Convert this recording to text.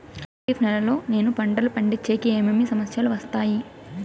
ఖరీఫ్ నెలలో నేను పంటలు పండించేకి ఏమేమి సమస్యలు వస్తాయి?